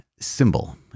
symbol